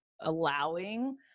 allowing